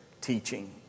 teaching